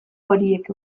horiek